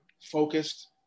focused